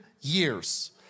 years